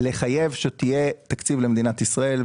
לחייב שיהיה תקציב למדינת ישראל,